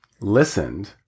listened-